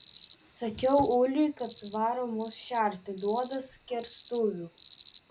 sakiau uliui kad varo mus šerti duoda skerstuvių